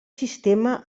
sistema